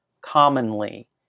commonly